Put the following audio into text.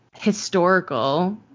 historical